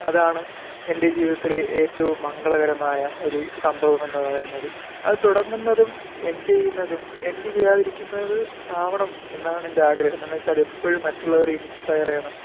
അതാണ് എൻ്റെ ജീവിതത്തിലെ ഏറ്റവും മംഗളകരമായ ഒരു സംഭവമെന്ന് പറയുന്നത് അത് തുടങ്ങുന്നതും എൻഡ് ചെയ്യുന്നതും എൻഡ് ചെയ്യാതിരിക്കുന്നത് ആവണം എന്നാണ് എൻ്റെ ആഗ്രഹം എന്ന് വച്ചാൽ അതെപ്പോഴും മറ്റുള്ളവരെ ഇൻസ്പയർ ചെയ്യണം